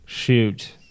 Shoot